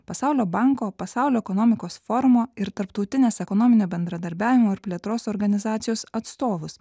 pasaulio banko pasaulio ekonomikos forumo ir tarptautinės ekonominio bendradarbiavimo ir plėtros organizacijos atstovus